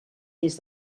des